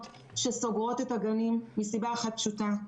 שסוגרות את הגנים מסיבה אחת פשוטה,